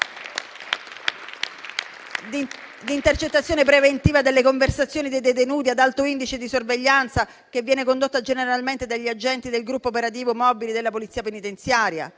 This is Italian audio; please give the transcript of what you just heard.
di intercettazione preventiva delle conversazioni di detenuti ad alto indice di sorveglianza, che viene condotta generalmente dagli agenti del gruppo operativo mobile della Polizia penitenziaria?